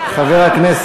כל פעם אתם,